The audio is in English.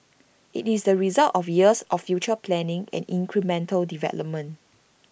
IT is the result of years of future planning and incremental development